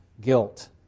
guilt